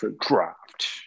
draft